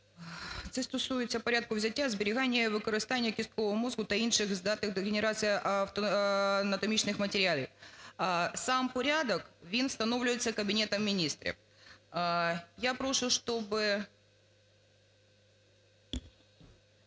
Це стосується порядку взяття зберігання і використання кісткового мозку та інших здатних до генерації анатомічних матеріалів. Сам порядок, він встановлюється Кабінетом Міністрів. Я прошу, щоб